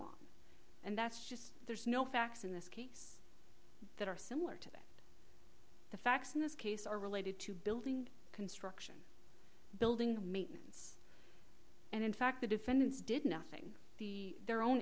off and that's just there's no facts in this case that are similar to that the facts in this case are related to building construction building maintenance and in fact the defendants did nothing the their own